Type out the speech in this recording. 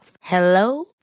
Hello